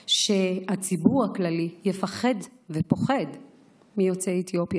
שהציבור הכללי יפחד ופוחד מיוצאי אתיופיה,